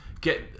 get